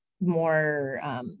more